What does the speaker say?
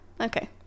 Okay